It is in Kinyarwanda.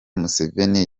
museveni